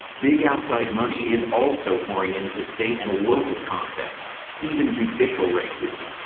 big outside money is also pouring into state and local contests even judicial races.